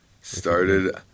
Started